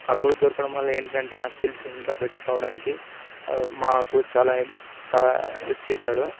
ఆ కోచ్ దొరకడం వల్ల ఏంటంటే నా స్కిల్స్ ఇంకా బెటర్ కావడానికి మాకు చాలా హెల్ప్ చేసాడు